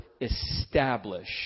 establish